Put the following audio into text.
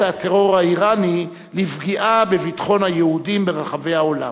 הטרור האירני לפגיעה בביטחון היהודים ברחבי העולם.